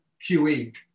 QE